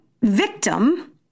victim